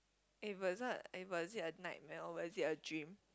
eh but is it eh but is it a nightmare or was it a dream